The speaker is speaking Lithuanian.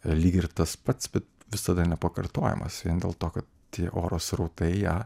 lyg ir tas pats bet visada nepakartojamas vien dėl to kad tie oro srautai ją